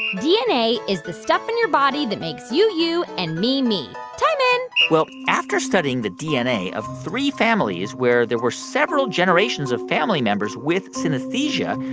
dna is the stuff in your body that makes you you and me me. time in well, after studying the dna of three families where there were several generations of family members with synesthesia,